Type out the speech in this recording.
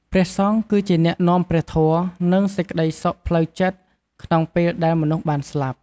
ព្រះសង្ឃគឺជាអ្នកនាំព្រះធម៌ និងសេចក្ដីសុខផ្លូវចិត្តក្នុងពេលដែលមនុស្សបានស្លាប់។